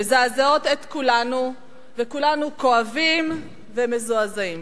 מזעזעות את כולנו וכולנו כואבים ומזועזעים.